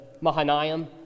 Mahanaim